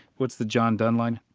what's the john donne line?